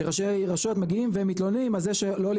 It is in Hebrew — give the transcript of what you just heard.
שראשי רשויות מגיעים והם מתלוננים על זה שלא עולים